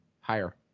higher